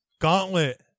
Gauntlet